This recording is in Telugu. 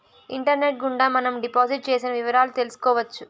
ఇంటర్నెట్ గుండా మనం డిపాజిట్ చేసిన వివరాలు తెలుసుకోవచ్చు